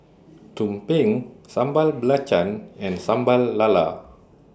Tumpeng Sambal Belacan and Sambal Lala